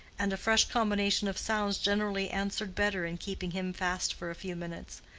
and a fresh combination of sounds generally answered better in keeping him fast for a few minutes.